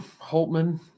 Holtman